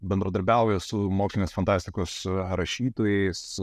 bendradarbiauja su mokslinės fantastikos rašytojais